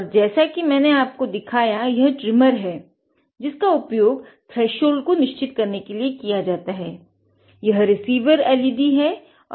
और जैसा कि मैंने आपको दिखाया यह ट्रिमर है जिसका उपयोग थ्रेशोल्ड को निश्चित करने के लिए किया जाता है